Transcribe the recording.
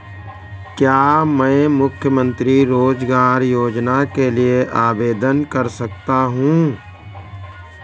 क्या मैं मुख्यमंत्री रोज़गार योजना के लिए आवेदन कर सकता हूँ?